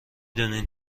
دونین